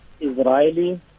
Israeli